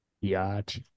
Yacht